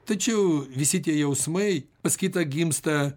tačiau visi tie jausmai pas kitą gimsta